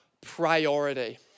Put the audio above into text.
priority